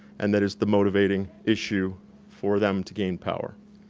and that is the motivating issue for them to gain power.